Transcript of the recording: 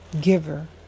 giver